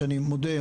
שאני מודה,